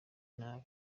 nabi